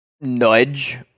nudge